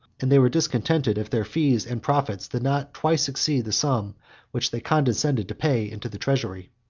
and they were discontented, if their fees and profits did not twice exceed the sum which they condescended to pay into the treasury.